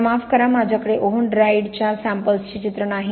मला माफ करा माझ्याकडे ओव्हन ड्राईड च्या सॅम्पल चे चित्र नाही